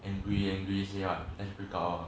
angry angry say what let's break up lor